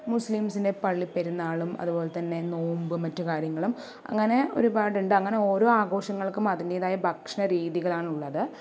മുസ്ളീംസിൻ്റെ പള്ളി പെരുന്നാളും അതുപോലെ തന്നെ നോമ്പും മറ്റു കാര്യങ്ങളും അങ്ങനെ ഒരുപാടുണ്ട് അങ്ങനെ ഓരോ ആഘോഷങ്ങൾക്കും അതിൻ്റെതായ ഭക്ഷണ രീതികളാണുള്ളത്